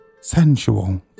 Sensual